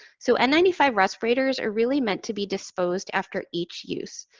so, n nine five respirators are really meant to be disposed after each use,